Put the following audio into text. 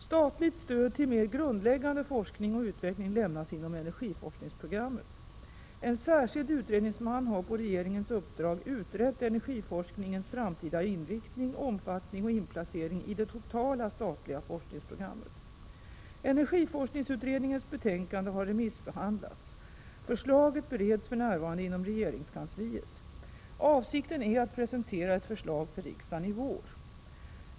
Statligt stöd till mer grundläggande forskning och utveckling lämnas inom energiforskningsprogrammet. En särskild utredningsman har på regeringens uppdrag utrett energiforskningens framtida inriktning, omfattning och 3 inplacering i det totala statliga forskningsprogrammet. Energiforskningsutredningens betänkande har remissbehandlats. Förslaget bereds för närvarande inom regeringskansliet. Avsikten är att presentera ett förslag för riksdagen i vår.